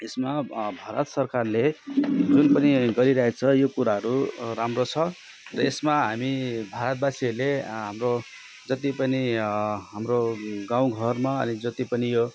यसमा भारत सरकारले जुन पनि गरिरहेको छ यो कुराहरू राम्रो छ र यसमा हामी भारतवासीहरूले हाम्रो जति पनि हाम्रो गाउँघरमा अनि जति पनि यो